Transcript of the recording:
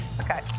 Okay